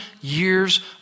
years